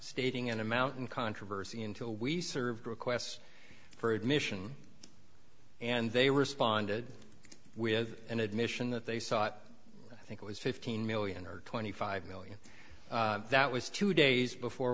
stating an amount and controversy until we served requests for admission and they responded with an admission that they sought i think it was fifteen million or twenty five million that was two days before